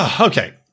Okay